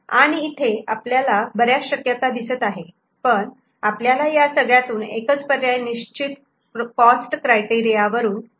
आणि इथे आपल्याला बऱ्याच शक्यता दिसत आहे पण आपल्याला या सगळ्यातून एकच पर्याय निश्चित कॉस्ट क्रायटेरिया वरून निवडायचा आहे